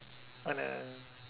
oh no